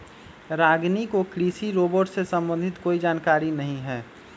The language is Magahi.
रागिनी को कृषि रोबोट से संबंधित कोई जानकारी नहीं है